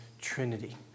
Trinity